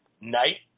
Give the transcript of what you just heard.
night